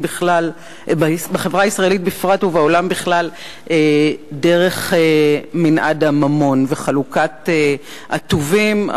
בפרט ובעולם בכלל דרך מנעד הממון וחלוקת הטובין,